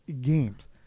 games